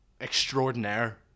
extraordinaire